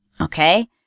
Okay